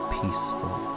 peaceful